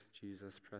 Jesus